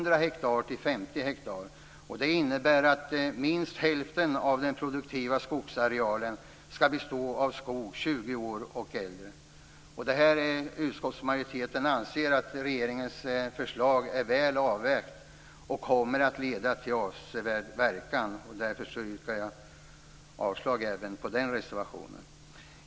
Det innebär att minst hälften av den produktiva skogsarealen skall bestå av skog som är 20 år och äldre. Utskottsmajoriteten anser att regeringens förslag är väl avvägt och kommer att leda till avsevärd verkan. Därför yrkar jag avslag även på den reservationen.